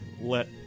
let